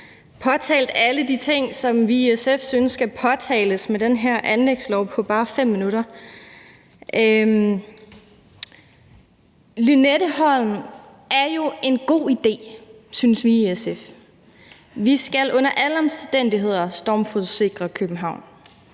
at få påtalt alle de ting, som vi i SF synes skal påtales i forbindelse med den her anlægslov. Lynetteholm er en god idé, synes vi i SF. Vi skal under alle omstændigheder stormflodssikre København.